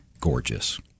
gorgeous